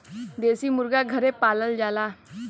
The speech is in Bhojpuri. देसी मुरगा घरे पालल जाला